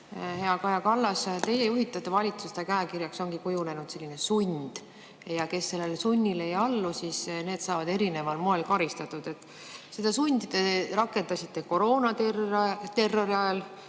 Hea Kaja Kallas! Teie juhitavate valitsuste käekirjaks ongi kujunenud selline sund. Need, kes sellele sunnile ei allu, saavad erineval moel karistatud. Seda sundi te rakendasite koroonaterrori